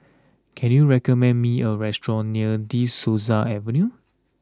can you recommend me a restaurant near De Souza Avenue